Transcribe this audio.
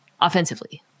offensively